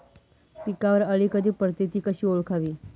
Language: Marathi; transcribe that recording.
पिकावर अळी कधी पडते, ति कशी ओळखावी?